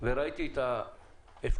ראיתי את ההפקרות